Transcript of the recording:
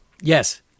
yes